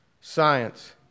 science